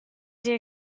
sia